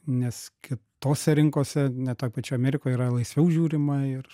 nes kitose rinkose net toj pačioj amerikoj yra laisviau žiūrima ir